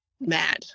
mad